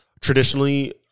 traditionally